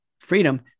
freedom